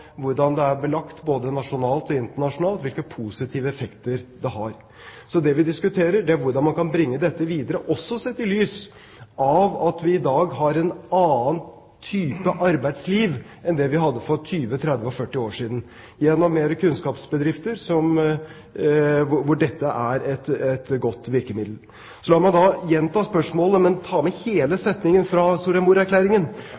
hvordan det er belagt både nasjonalt og internasjonalt – hvilke positive effekter det har. Det vi diskuterer, er hvordan man kan bringe dette videre, også sett i lys av at vi i dag har en annen type arbeidsliv enn det vi hadde for 20, 30 og 40 år siden, gjennom mer kunnskapsbedrifter, hvor dette er et godt virkemiddel. Så la meg da gjenta spørsmålet, men ta med hele